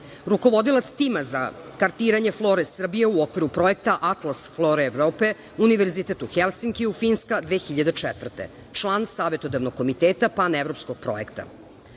Rukovodilac tima za kartiranje flore Srbije u okviru Atlas flore Evrope, Univerzitet u Helsinkiju, Finska 2004. godine. Član savetodavnog komiteta, panevropskog projekta,